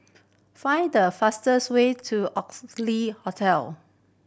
find the fastest way to Oxley Hotel